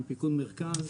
עם פיקוד המרכז,